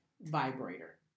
vibrator